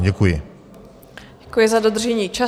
Děkuji za dodržení času.